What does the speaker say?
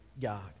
God